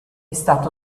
stato